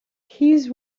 his